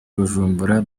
bujumbura